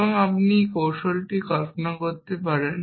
এবং আপনি কৌশলটি কল্পনা করতে পারেন